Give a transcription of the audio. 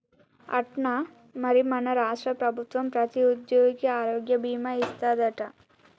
అట్నా మరి మన రాష్ట్ర ప్రభుత్వం ప్రతి ఉద్యోగికి ఆరోగ్య భీమా ఇస్తాదట